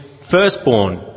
firstborn